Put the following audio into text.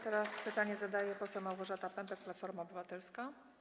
Teraz pytanie zadaje poseł Małgorzata Pępek, Platforma Obywatelska.